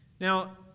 Now